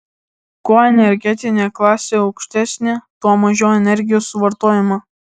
kuo energetinė klasė aukštesnė tuo mažiau energijos suvartojama